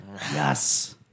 Yes